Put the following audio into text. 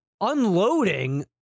unloading